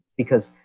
because,